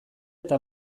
eta